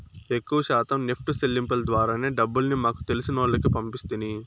ఎక్కవ శాతం నెప్టు సెల్లింపుల ద్వారానే డబ్బుల్ని మాకు తెలిసినోల్లకి పంపిస్తిని